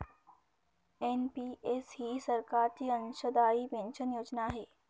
NPS ही सरकारची अंशदायी पेन्शन योजना आहे